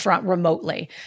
remotely